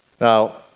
Now